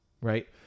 right